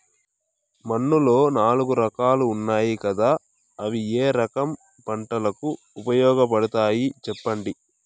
మన్నులో నాలుగు రకాలు ఉన్నాయి కదా అవి ఏ రకం పంటలకు ఉపయోగపడతాయి చెప్పండి?